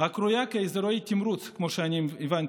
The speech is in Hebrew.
הקרויה "אזורי תמרוץ", כמו שאני הבנתי.